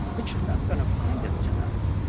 but you're not gonna find him tonight.